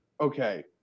Okay